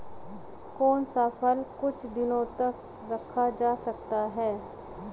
कौन सा फल कुछ दिनों तक रखा जा सकता है?